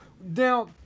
now